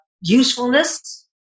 usefulness